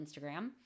Instagram